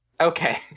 Okay